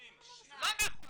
50. לא נכון.